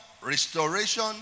restoration